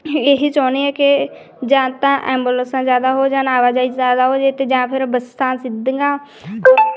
ਇਹ ਹੀ ਚਾਹੁੰਦੀ ਹਾਂ ਕਿ ਜਾਂ ਤਾਂ ਐਬੂਲੈਂਸਾਂ ਜ਼ਿਆਦਾ ਹੋ ਜਾਣ ਆਵਾਜਾਈ ਜਿਆਦਾ ਹੋ ਜੇ ਅਤੇ ਜਾਂ ਫਿਰ ਬੱਸਾਂ ਸਿੱਧੀਆਂ